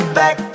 back